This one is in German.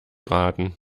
raten